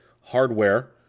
hardware